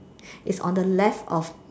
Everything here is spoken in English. it's on the left of